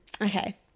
Okay